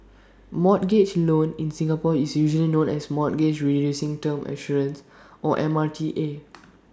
mortgage loan in Singapore is usually known as mortgage reducing term assurance or M R T A